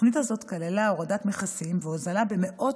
התוכנית הזאת כללה הורדת מכסים והוזלה במאות